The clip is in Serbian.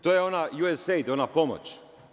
To je ona US SAID, ona pomoć.